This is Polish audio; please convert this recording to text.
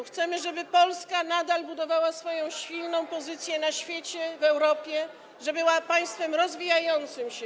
Chcemy, żeby Polska nadal budowała swoją silną pozycję na świecie, w Europie, żeby była państwem rozwijającym się.